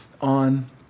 on